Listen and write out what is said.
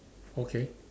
okay